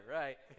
right